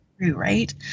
Right